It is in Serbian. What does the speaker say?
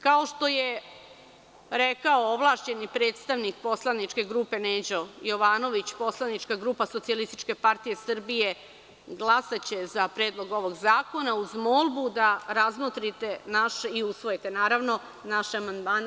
Kao što je rekao ovlašćeni predstavnik poslaničke grupe Neđo Jovanović, poslanička grupa Socijalističke partije Srbije glasaće za Predlog ovog zakona, uz molbu da razmotrite i usvojite, naravno, naše amandmane.